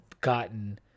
gotten